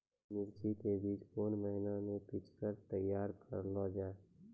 मिर्ची के बीज कौन महीना मे पिक्चर तैयार करऽ लो जा?